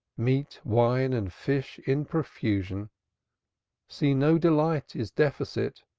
meat, wine and fish in profusion see no delight is deficient.